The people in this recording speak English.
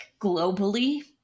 globally